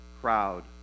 crowd